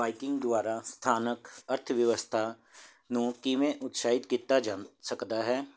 biking ਦੁਆਰਾ ਸਥਾਨਕ ਅਰਥ ਵਿਵਸਥਾ ਨੂੰ ਕਿਵੇਂ ਉਤਸ਼ਾਹਿਤ ਕੀਤਾ ਜਾ ਸਕਦਾ ਹੈ